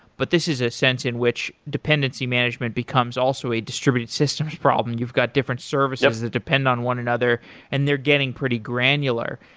but this is a sense in which dependency management becomes also a distributed systems problem. you've got different services that depend on one another and they're getting pretty granular.